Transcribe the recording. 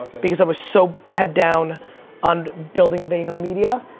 because i was so head down on building vaynermedia.